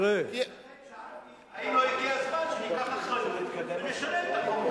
לכן שאלתי האם לא הגיע הזמן שניקח אחריות ונשנה את החוק.